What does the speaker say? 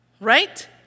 Right